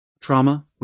Trauma